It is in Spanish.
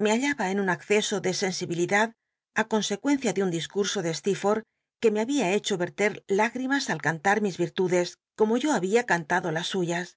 ile hallaba en un acceso de sensibilidad i consecuencia de tm discurso de slee forlh que me babia hecho verter lmas al cantar mis irtudcs como yo babia cantado las susas